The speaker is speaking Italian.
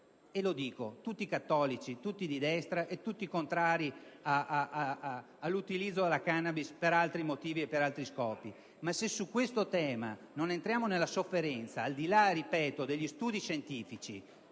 clinica, tutti cattolici, tutti di destra e tutti contrari all'utilizzo della *cannabis* per altri motivi e altri scopi. Su questo tema dovremmo entrare nella sofferenza, al di là - ripeto - degli studi scientifici.